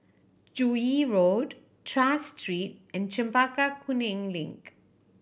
Joo Yee Road Tras Street and Chempaka Kuning Link